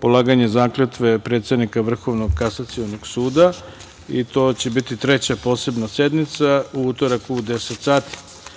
polaganje zakletve predsednika Vrhovnog kasacionog suda. To će biti Treća posebna sednica u utorak u 10.00